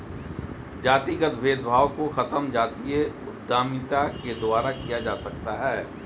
जातिगत भेदभाव को खत्म जातीय उद्यमिता के द्वारा किया जा सकता है